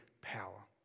power